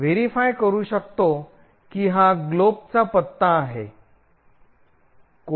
आपण सत्यापित करू शकतो की हा ग्लोबचा पत्ता आहे